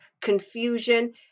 confusion